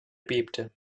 bebte